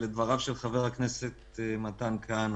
לדבריו של חבר הכנסת מתן כהנא.